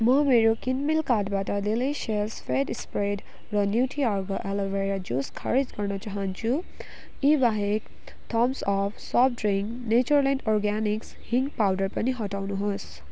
म मेरो किनमेल कार्टबाट डेलिसियस फ्याट स्प्रेड र न्युट्रिअर्ग एलोभेरा जुस खारेज गर्न चाहन्छु इ बाहेक Thums Up soft drink Natureland Organics हिङ पाउडर पनि हटाउनुहोस्